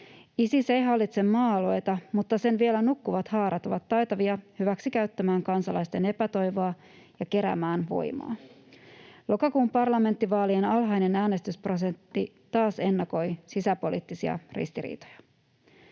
Isis ei hallitse maa-alueita, mutta sen vielä nukkuvat haarat ovat taitavia hyväksikäyttämään kansalaisten epätoivoa ja keräämään voimaa. Lokakuun parlamenttivaalien alhainen äänestysprosentti taas ennakoi sisäpoliittisia ristiriitoja.